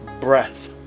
breath